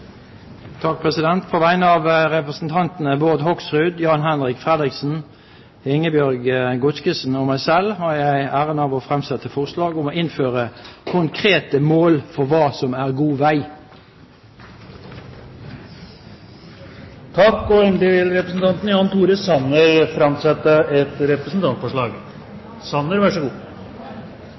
På vegne av representantene Bård Hoksrud, Jan-Henrik Fredriksen, Ingebjørg Godskesen og meg selv har jeg æren av å fremsette forslag om å innføre konkrete mål for hva som er god vei. Representanten Jan Tore Sanner vil framsette et representantforslag.